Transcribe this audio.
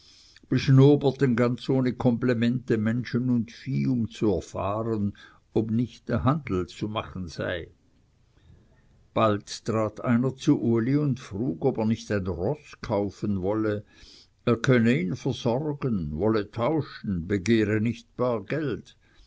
beschnoberten ganz ohne komplimente menschen und vieh um zu erfahren ob nicht e handel zu machen sei bald trat einer zu uli und frug ob er nicht ein roß kaufen wolle er könne ihn versorgen wolle tauschen begehre nicht bar geld